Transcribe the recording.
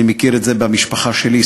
אני מכיר את זה במשפחה שלי.